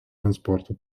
transporto